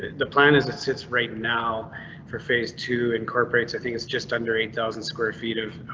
the plan is it sits right now for phase two incorporates. i think it's just under eight thousand square feet of.